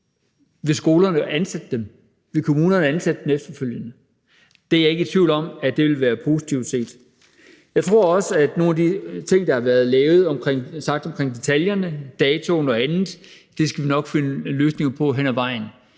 om skolerne vil ansætte dem, altså om kommunerne vil ansætte dem efterfølgende. Og det er jeg ikke i tvivl om man vil se positivt på. Jeg tror også, at nogle af de ting, der er blevet sagt omkring detaljerne, altså omkring datoen og andet, skal vi nok finde løsninger på hen ad vejen.